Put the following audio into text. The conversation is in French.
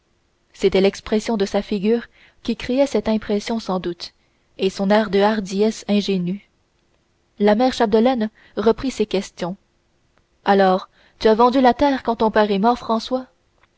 c'était l'expression de sa figure qui créait cette impression sans doute et son air de hardiesse ingénue la mère chapdelaine reprit ses questions alors tu as vendu la terre quand ton père est mort françois